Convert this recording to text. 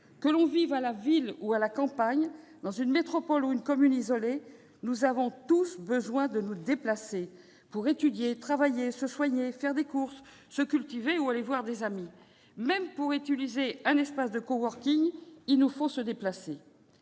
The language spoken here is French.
Que l'on vive en ville ou à la campagne, dans une métropole ou une commune isolée, on a toujours besoin de se déplacer pour étudier, travailler, se soigner, faire des courses, se cultiver ou aller voir des amis. Même pour utiliser un espace de, il faut se déplacer.